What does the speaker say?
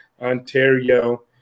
Ontario